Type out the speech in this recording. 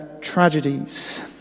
tragedies